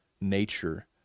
nature